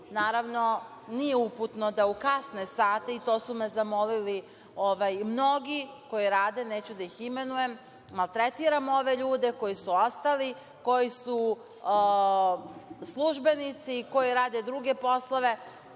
naravno, nije uputno da u kasne sate, i to su me zamolili mnogi koji rade, neću da ih imenujem, maltretiramo ove ljude koji su ostali, koji su službenici, koji rade druge poslove,